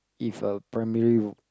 if a primary